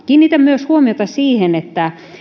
kiinnitän huomiota myös siihen että